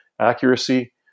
accuracy